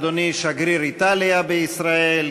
אדוני שגריר איטליה בישראל,